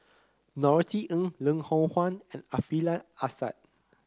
Norothy Ng Loh Hoong Kwan and Alfian Sa'at